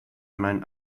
mein